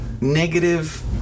negative